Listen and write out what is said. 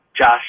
Josh